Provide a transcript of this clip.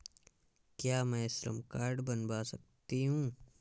क्या मैं श्रम कार्ड बनवा सकती हूँ?